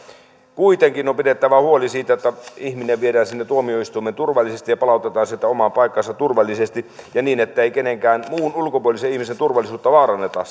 kuitenkin on pidettävä huoli siitä että ihminen viedään sinne tuomioistuimeen turvallisesti ja palautetaan sieltä omaan paikkaansa turvallisesti ja niin että ei kenenkään muun ulkopuolisen ihmisen turvallisuutta vaaranneta